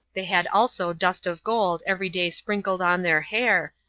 they had also dust of gold every day sprinkled on their hair,